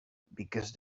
because